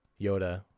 Yoda